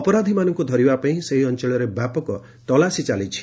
ଅପରାଧୀମାନଙ୍କୁ ଧରିବା ପାଇଁ ସେହି ଅଞ୍ଚଳରେ ବ୍ୟାପକ ତଲାସୀ ଚାଲିଛି